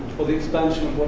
or the expansion of